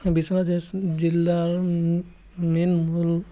বিশ্বনাথ জিলাৰ মেইন হ'ল